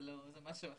זה משהו אחר.